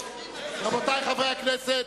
רבותי חברי הכנסת,